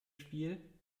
spiel